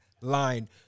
line